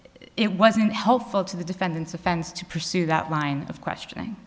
it wasn't helpful to the defendant's offense to pursue that line of questioning